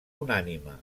unànime